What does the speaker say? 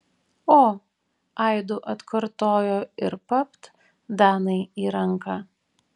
o aidu atkartojo ir papt danai į ranką